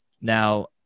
now